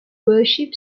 worship